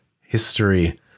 history